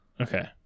Okay